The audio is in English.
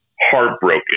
heartbroken